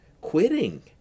quitting